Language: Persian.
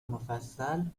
مفصل